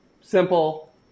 simple